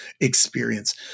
experience